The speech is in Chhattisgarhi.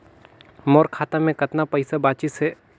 मोर खाता मे कतना पइसा बाचिस हे?